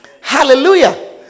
Hallelujah